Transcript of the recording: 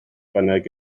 bynnag